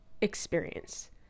experience